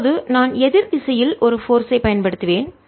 இப்போது நான் எதிர் திசையில் ஒரு போர்ஸ் ஐ பயன்படுத்துவேன்